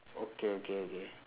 okay okay okay